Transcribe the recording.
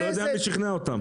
אני לא יודע מי שכנע אותם.